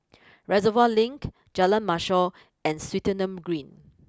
Reservoir Link Jalan Mashor and Swettenham Green